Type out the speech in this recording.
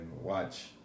watch